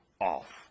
off